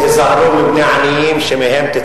שמבחני "פיזה" הם אור אדום והם גם